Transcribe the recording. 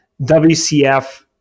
WCF